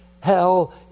Hell